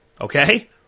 Okay